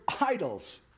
idols